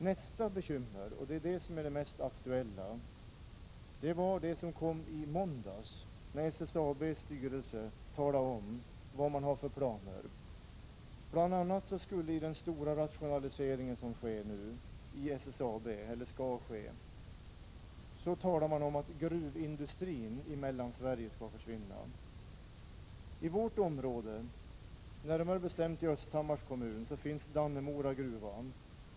Nästa bekymmer — det är det mest aktuella — kom i måndags när SSAB:s styrelse talade om vad man har för planer. I den stora rationalisering som nu skall ske i SSAB skall gruvindustrin i Mellansverige försvinna, säger man. I vårt område, närmare bestämt i Östhammars kommun, finns Dannemora gruva.